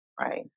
Right